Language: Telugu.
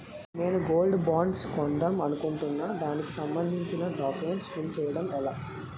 నేను గోల్డ్ బాండ్స్ కొందాం అనుకుంటున్నా దానికి సంబందించిన డాక్యుమెంట్స్ ఫిల్ చేయడం ఎలా?